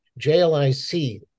JLIC